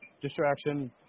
distraction